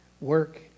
work